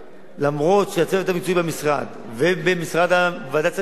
אף שהצוות המקצועי במשרד ובוועדת שרים לחקיקה,